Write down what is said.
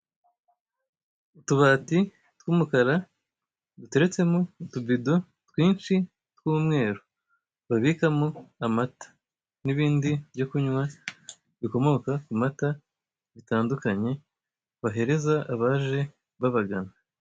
Utubati tw'umukara, duteretsemo itubido twinshi, tw'umweru. Babikamo amata. N'ibindi byo kunywa bikomoka ku mata, bitandukanye, bahereza abaje babagana.